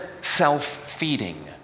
self-feeding